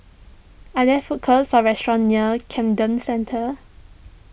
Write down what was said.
are there food courts or restaurants near Camden Centre